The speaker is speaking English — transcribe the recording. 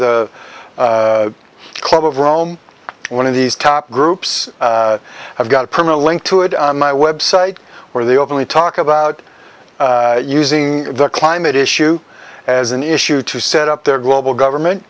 the club of rome one of these top groups i've got a permanent link to it on my website where they openly talk about using the climate issue as an issue to set up their global government